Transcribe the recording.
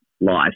life